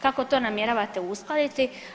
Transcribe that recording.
Kako to namjeravate uskladiti?